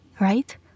right